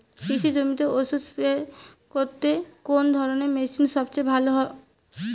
কৃষি জমিতে ওষুধ স্প্রে করতে কোন ধরণের মেশিন সবচেয়ে ভালো?